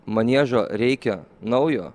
maniežo reikia naujo